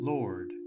Lord